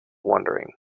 wondering